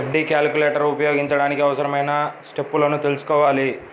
FD calculator ఉపయోగించడానికి అవసరమైన స్టెప్పులను తెల్సుకోవాలి